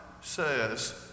says